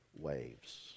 waves